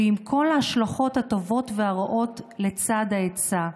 ועם כל ההשלכות הטובות והרעות לצד העצה.